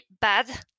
bad